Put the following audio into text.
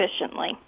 efficiently